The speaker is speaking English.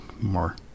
More